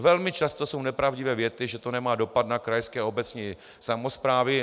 Velmi často jsou nepravdivé věty, že to nemá dopad na krajské a obecní samosprávy.